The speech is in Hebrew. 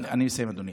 אני מסיים, אדוני.